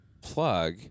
plug